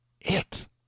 It